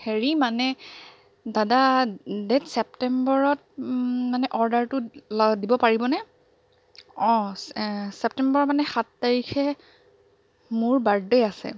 হেৰি মানে দাদা ডেট চেপ্তেম্বৰত মানে অৰ্ডাৰটো দিব পাৰিবনে অঁ চেপ্তেম্বৰ মানে সাত তাৰিখে মোৰ বাৰ্থডে আছে